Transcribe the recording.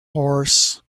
horse